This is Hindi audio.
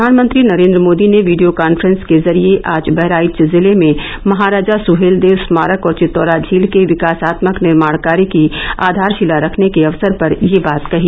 प्रधानमंत्री नरेन्द्र मोदी ने वीडियो काफ्रेंस के जरिए आज बहराइच जिले में महाराजा सुहेलदेव स्मारक और चित्तोरा झील के विकासात्मक निर्माण कार्य की आधारशिला रखने के अवसर पर यह बात कही